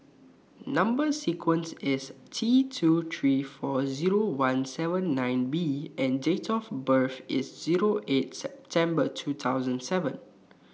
Number sequence IS T two three four Zero one seven nine B and Date of birth IS Zero eight September two thousand seven